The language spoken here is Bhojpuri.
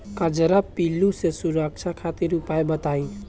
कजरा पिल्लू से सुरक्षा खातिर उपाय बताई?